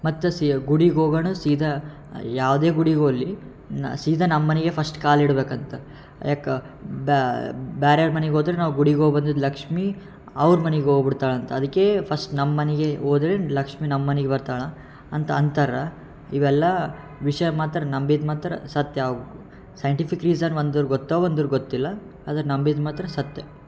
ಮತ್ತು ಸೀ ಗುಡಿಗೆ ಹೋಗೋಣ ಸೀದಾ ಯಾವುದೇ ಗುಡಿಗೆ ಹೋಗ್ಲಿ ನಾನು ಸೀದಾ ನಮ್ಮ ಮನೆಗೆ ಫಸ್ಟ್ ಕಾಲಿಡ್ಬೇಕಂತೆ ಯಾಕೆ ಬೇರೇವ್ರ್ ಮನೆಗ್ ಹೋದ್ರೆ ನಾವು ಗುಡಿಗೆ ಹೋಗ್ಬಂದಿದ್ದ ಲಕ್ಷ್ಮೀ ಅವ್ರ ಮನೆಗ್ ಹೋಗ್ಬಿಡ್ತಾಳಂತೆ ಅದಕ್ಕೆ ಫಸ್ಟ್ ನಮ್ಮ ಮನೆಗೆ ಹೋದ್ರೆ ಲಕ್ಷ್ಮೀ ನಮ್ಮ ಮನೆಗ್ ಬರ್ತಾಳೆ ಅಂತ ಅಂತಾರೆ ಇವೆಲ್ಲ ವಿಷಯ ಮಾತ್ರ ನಂಬಿದ್ದು ಮಾತ್ರ ಸತ್ಯ ಸೈಂಟಿಫಿಕ್ ರೀಸನ್ ಒಂದು ಗೊತ್ತು ಒಂದು ಗೊತ್ತಿಲ್ಲ ಆದ್ರೆ ನಂಬಿದ್ದು ಮಾತ್ರ ಸತ್ಯ